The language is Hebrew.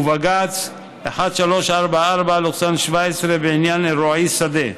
ובג"ץ 1344/17 בעניין אלרועי-שדה.